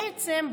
בעצם,